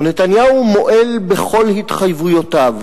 ונתניהו מועל בכל התחייבויותיו,